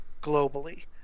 globally